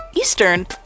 Eastern